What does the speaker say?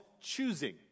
choosing